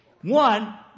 One